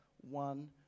one